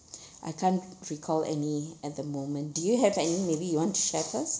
I can't recall any at the moment do you have any maybe you want to share first